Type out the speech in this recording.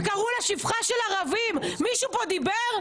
כשקראו לה שפחה של ערבים, מישהו פה דיבר?